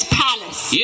palace